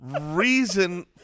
reason